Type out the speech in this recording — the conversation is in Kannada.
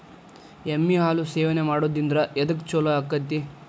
ಎಮ್ಮಿ ಹಾಲು ಸೇವನೆ ಮಾಡೋದ್ರಿಂದ ಎದ್ಕ ಛಲೋ ಆಕ್ಕೆತಿ?